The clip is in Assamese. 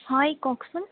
হয় কওকচোন